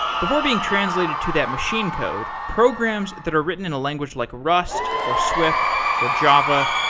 before being translated to that machine code, program that are written in a language like rust, or swift, or java,